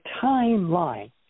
timeline